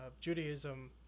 Judaism